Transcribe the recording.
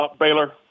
Baylor